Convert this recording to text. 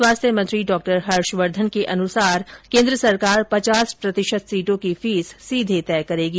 स्वास्थ्य मंत्री डॉ हर्षवर्द्वन के अनुसार केन्द्र सरकार पचास प्रतिशत सीटों की फीस सीधे तय करेगी